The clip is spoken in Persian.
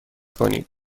کنید